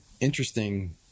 interesting